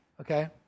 okay